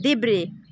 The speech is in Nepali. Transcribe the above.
देब्रे